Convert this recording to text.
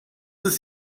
ist